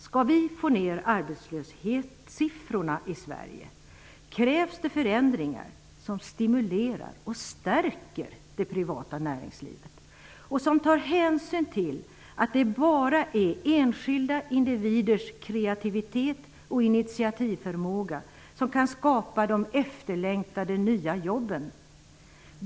Skall vi få ned arbetslöshetssiffrorna i Sverige krävs det förändringar som stimulerar och stärker det privata näringslivet och som tar hänsyn till att det bara är enskilda individers kreativitet och initiativförmåga som kan skapa de efterlängtade nya jobben.